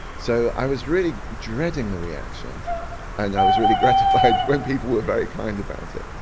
so i was really dreading the reaction and i was really gratified when people were very kind about it.